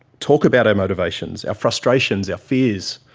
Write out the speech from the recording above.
talk about our motivations, our frustrations, our fears,